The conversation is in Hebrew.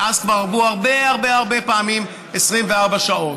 מאז כבר עברו הרבה הרבה פעמים 24 שעות.